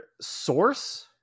source